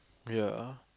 ya